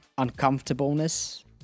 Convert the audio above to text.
uncomfortableness